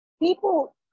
People